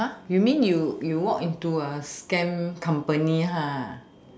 you mean you you walk into a scam company